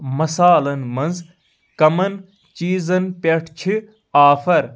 مَصالن منٛز کَمَن چیٖزن پٮ۪ٹھ چھِ آفر